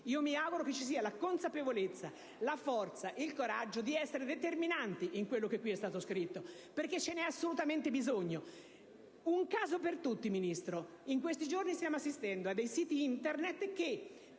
Mi auguro che ci sia la consapevolezza, la forza e il coraggio di essere determinanti in quello che qui è stato scritto, perché ce n'è assolutamente bisogno. Un esempio per tutti, Ministro: in questi giorni stiamo assistendo al caso di siti Internet per